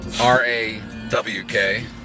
R-A-W-K